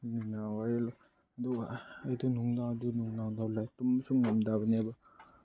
ꯅꯍꯥꯟꯋꯥꯏ ꯑꯗꯨꯒ ꯑꯩꯗꯤ ꯅꯨꯡꯗꯥꯡꯗꯤ ꯅꯨꯡꯗꯥꯡꯐꯥꯎ ꯂꯥꯏꯛ ꯇꯨꯝꯕꯁꯨ ꯉꯝꯗꯕꯅꯦꯕ